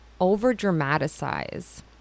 over-dramatize